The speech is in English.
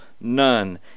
None